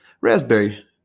Raspberry